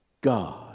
God